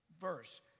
verse